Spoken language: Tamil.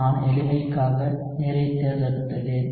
நான் எளிமைக்காக நீரைத் தேர்ந்தெடுத்துள்ளேன்